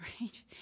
right